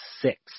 six